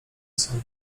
słup